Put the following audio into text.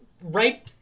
right